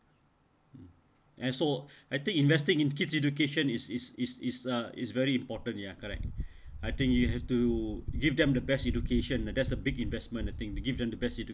and so I think investing in kids' education is is is is uh is very important ya correct I think you have to give them the best education that's a big investment I think to give them the best education